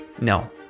No